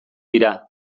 dira